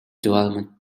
development